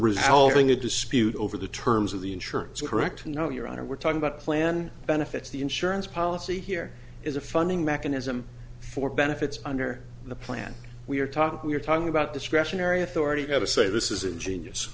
resolving a dispute over the terms of the insurance correct or no your honor we're talking about a plan benefits the insurance policy here is a funding mechanism for benefits under the plan we're talking we're talking about discretionary authority got to say this is a genius